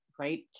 right